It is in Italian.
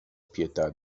pietà